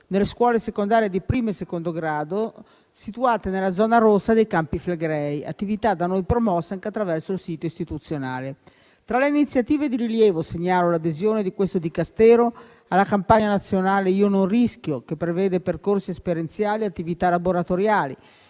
nelle scuole secondarie di primo e secondo grado situate nella zona rossa dei Campi Flegrei, attività da noi promossa anche attraverso il sito istituzionale. Tra le iniziative di rilievo, segnalo l'adesione di questo Dicastero alla campagna nazionale «Io non rischio», che prevede percorsi esperienziali e attività laboratoriali,